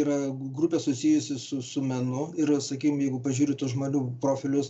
yra grupė susijusi su su menu sakykim jeigu pažiūri tų žmonių profilius